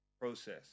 process